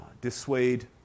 dissuade